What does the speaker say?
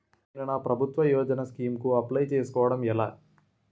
నేను నా ప్రభుత్వ యోజన స్కీం కు అప్లై చేయడం ఎలా?